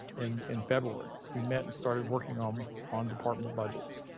and in february, we met started working um and on department budgets.